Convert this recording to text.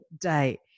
day